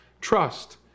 trust